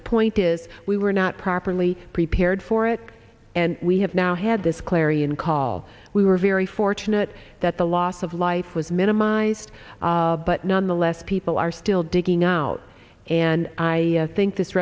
the point is we were not are probably prepared for it and we have now had this clarion call we were very fortunate that the loss of life was minimized but nonetheless people are still digging out and i think this